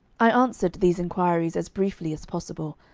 i answered these inquiries as briefly as possible,